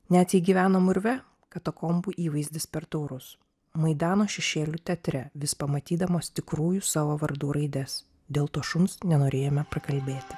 net jei gyvenom urve katakombų įvaizdis per taurus maidano šešėlių teatre vis pamatydamos tikrųjų savo vardų raides dėl to šuns nenorėjome prakalbėti